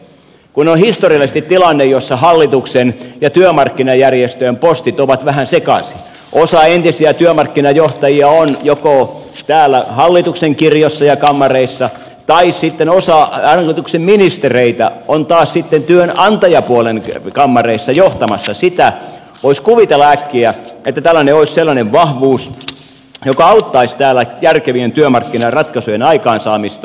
kun on historiallisesti tilanne jossa hallituksen ja työmarkkinajärjestöjen postit ovat vähän sekaisin osa entisiä työmarkkinajohtajia on täällä hallituksen kirjoissa ja kammareissa ja osa hallituksen ministereitä on taas sitten työnantajapuolen kammareissa johtamassa sitä voisi kuvitella äkkiä että tällainen olisi sellainen vahvuus joka auttaisi täällä järkevien työmarkkinaratkaisujen aikaansaamista